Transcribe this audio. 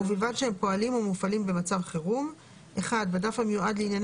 ובלבד שהם פועלים או מופעלים במצב חירום: בדף המיועד לענייני